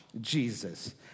Jesus